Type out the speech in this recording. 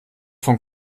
von